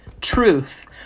truth